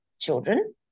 children